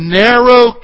narrow